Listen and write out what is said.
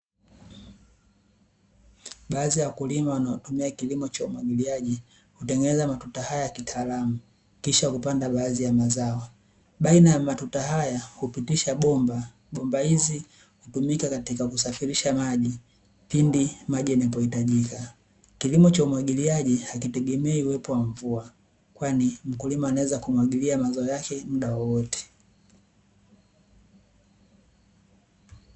Baadhi ya wakulima wanaotumia kilimo cha umwagiliaji, hutengeneza matuta haya kitaalamu, kisha kupanda baadhi ya mazao. Baina ya matuta haya hupitisha bomba, bomba hizi hutumika katika kusafirisha maji pindi maji yanapohitajika. Kilimo cha umwagiliaji hakitegemei uwepo wa mvua, kwani mkulima anaweza kumwagilia mazao yake mda wowote.